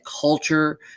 culture